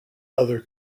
other